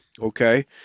Okay